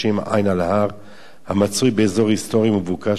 המצוי באזור היסטורי מבוקש של העיר העתיקה.